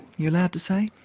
you allowed to say?